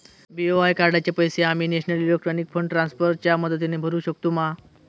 BOI कार्डाचे पैसे आम्ही नेशनल इलेक्ट्रॉनिक फंड ट्रान्स्फर च्या मदतीने भरुक शकतू मा?